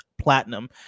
platinum